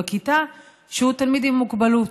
בכיתה שהוא תלמיד עם מוגבלות,